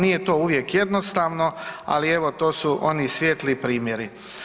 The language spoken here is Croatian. Nije to uvijek jednostavno, ali evo to su oni svijetli primjeri.